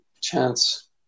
Chance